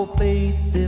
faith